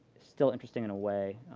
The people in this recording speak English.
still interesting in a way.